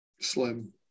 Slim